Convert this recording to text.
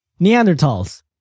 Neanderthals